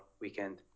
weekend